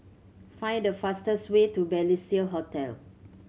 find the fastest way to Balestier Hotel